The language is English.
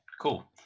cool